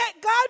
god